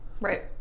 Right